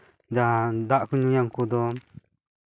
ᱫᱟᱜ ᱠᱚ ᱧᱩᱭᱟ ᱩᱱᱠᱩ ᱫᱚ